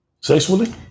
Sexually